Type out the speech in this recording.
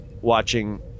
watching